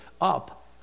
up